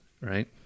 right